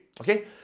Okay